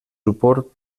suport